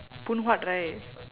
phoon huat right